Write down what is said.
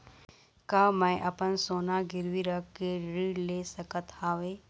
का मैं अपन सोना गिरवी रख के ऋण ले सकत हावे?